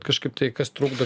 kažkaip tai kas trukdo